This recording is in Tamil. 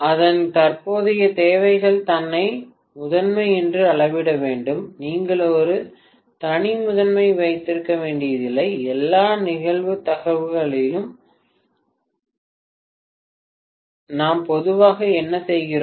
அதன் தற்போதைய தேவைகள் தன்னை முதன்மை என்று அளவிட வேண்டும் நீங்கள் ஒரு தனி முதன்மை வைத்திருக்க வேண்டியதில்லை எல்லா நிகழ்தகவுகளிலும் நாம் பொதுவாக என்ன செய்கிறோம்